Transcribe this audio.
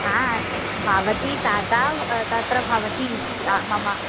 आ भवती कदा तत्र भवतीति मम